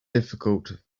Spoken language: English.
difficult